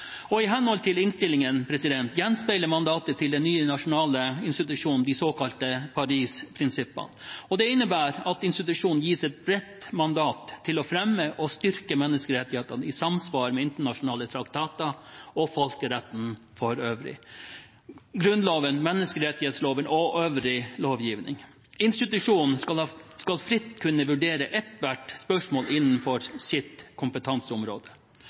Stortinget. I henhold til innstillingen gjenspeiler mandatet til den nye nasjonale institusjonen de såkalte Paris-prinsippene. Dette innebærer at institusjonen gis et bredt mandat til å fremme og styrke menneskerettighetene i samsvar med internasjonale traktater og folkeretten for øvrig, Grunnloven, menneskerettighetsloven og øvrig lovgivning. Institusjonen skal fritt kunne vurdere ethvert spørsmål innenfor sitt kompetanseområde.